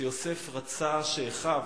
שיוסף רצה שאחיו,